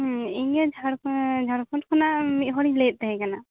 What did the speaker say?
ᱤᱧᱜᱮ ᱡᱷᱟᱲᱠᱚᱱ ᱡᱷᱟᱲᱠᱷᱚᱸᱰ ᱠᱷᱚᱱᱟᱜ ᱢᱤᱫᱦᱚᱲ ᱤᱧ ᱞᱟᱹᱭᱮᱫ ᱛᱟᱦᱮᱸ ᱠᱟᱱᱟ